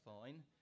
fine